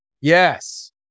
Yes